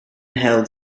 held